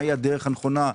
מה הדרך הנכונה?